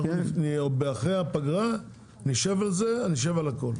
אחרי הפגרה נשב על הכול.